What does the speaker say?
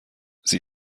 sie